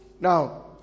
Now